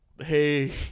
hey